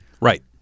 Right